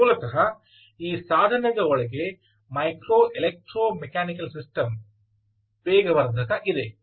ಮೂಲತಃ ಈ ಸಾಧನದ ಒಳಗೆ ಮೈಕ್ರೋ ಎಲೆಕ್ಟ್ರೋ ಮೆಕ್ಯಾನಿಕಲ್ ಸಿಸ್ಟಮ್ ವೇಗವರ್ಧಕ ಇದೆ